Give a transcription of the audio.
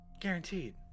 Guaranteed